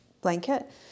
blanket